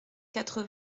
quatre